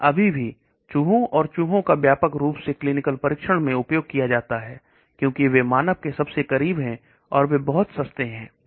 लेकिन अभी भी चूहों और चूहों का व्यापक रूप में क्लीनिकल परीक्षण में उपयोग किया जाता है क्योंकि वे मानव के सबसे करीब है और वे बहुत सस्ते हैं